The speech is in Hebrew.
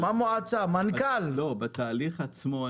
בתהליך עצמו,